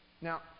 Now